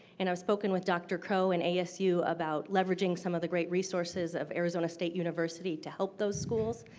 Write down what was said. and i've spoken with dr. crow and asu about leveraging some of the great resources of arizona state university to help those schools.